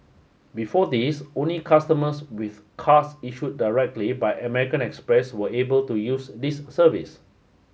before this only customers with cards issued directly by American Express were able to use this service